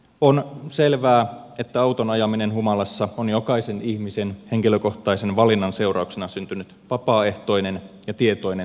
on selvää että auton ajaminen humalassa on jokaisen ihmisen henkilökohtaisen valinnan seurauksena syntynyt vapaaehtoinen ja tietoinen päätös